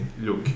look